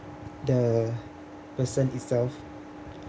the person itself